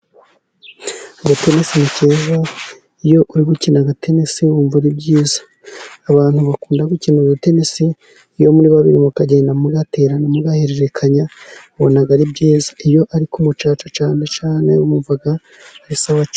Agatenesi ni keza, iyo uri gukina agatenesi wumva ari byiza, abantu bakunda gukina agatenesi iyo muri babiri, mukagenda mugaterana, mugahererekanya ubona ari byiza, iyo ari ku mucaca cyane cyane bumva ari sawa cyane.